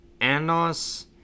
Anos